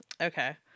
Okay